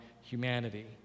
humanity